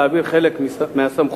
להעביר חלק מהסמכות